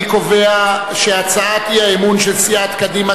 אני קובע שהצעת האי-אמון של סיעת קדימה,